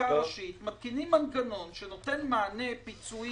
בחקיקה ראשית מתקינים מנגנון שנותן מענה של פיצוי